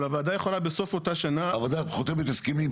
אבל הוועדה יכולה בסוף אותה שנה --- הוועדה חותמת הסכמים.